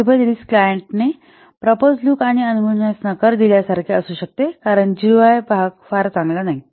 possible risk क्लायंटने propose look आणि अनुभवण्यास नकार दिल्यासारखे असू शकते कारण जीयूआय भाग फारच चांगला नाही